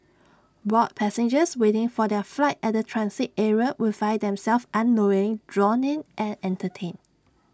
bored passengers waiting for their flight at the transit area would find themselves unknowingly drawn in and entertained